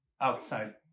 outside